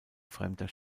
fremder